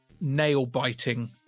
nail-biting